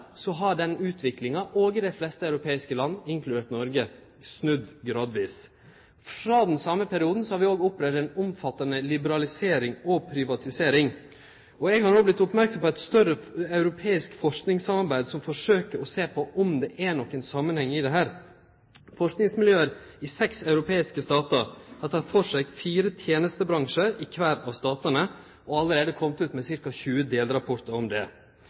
har den utviklinga – òg i dei fleste europeiske land, inkludert Noreg – snudd gradvis. Frå den same perioden har vi òg opplevd ei omfattande liberalisering og privatisering, og eg har no vorte merksam på eit større europeisk forskingssamarbeid som forsøkjer å sjå om det er nokon samanheng i dette. Forskingsmiljø i seks europeiske statar har teke for seg fire tenestebransjar i kvar av statane og har allereie kome ut med ca. 20 delrapportar om det.